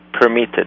permitted